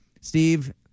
Steve